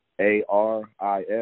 A-R-I-S